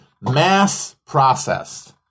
mass-processed